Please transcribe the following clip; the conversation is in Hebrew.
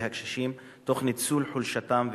הקשישים תוך ניצול חולשתם והזדקקותם.